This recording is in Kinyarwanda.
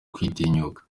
kwitinyuka